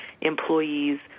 employees